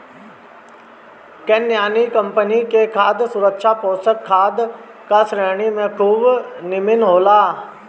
Katyayani company के खाद सूक्ष्म पोषक खाद का श्रेणी में खूब निमन होला